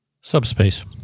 Subspace